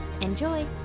Enjoy